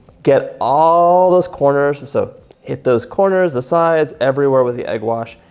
get all those corners. so hit those corners, the sides everywhere with the egg wash.